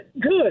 Good